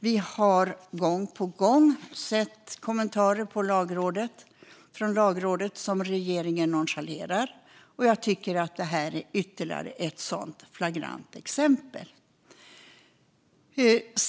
Vi har gång på gång sett kommentarer från Lagrådet som regeringen nonchalerar, och jag tycker att detta är ytterligare ett sådant flagrant exempel.